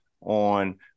on